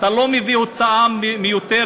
אז אתה לא מביא הוצאה מיותרת,